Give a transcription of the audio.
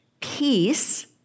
Peace